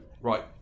Right